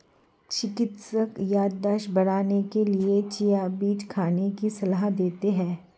चिकित्सक याददाश्त बढ़ाने के लिए चिया बीज खाने की सलाह देते हैं